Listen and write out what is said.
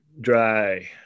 dry